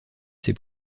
ses